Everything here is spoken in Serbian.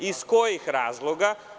Iz kojih razloga?